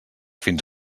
fins